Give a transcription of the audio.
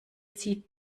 zieht